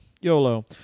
YOLO